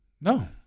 No